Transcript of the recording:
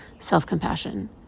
self-compassion